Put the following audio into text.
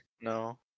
No